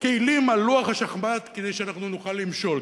כלים על לוח השחמט כדי שאנחנו נוכל למשול,